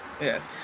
yes